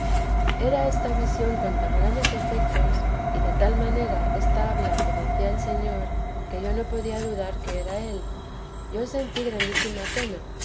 era esta visión con tan grandes efetos y de tal manera esta habla que me hacía el señor que yo no podía dudar que era él yo sentí grandísima pena